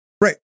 right